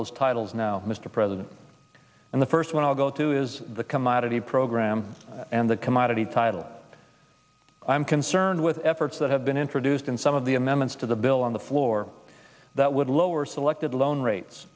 those titles now mr president and the first one i'll go to is the commodity program and the commodity title i'm concerned with efforts that have been introduced in some of the amendments to the bill on the floor that would lower selected loan rates